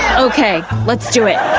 ok, let's do it.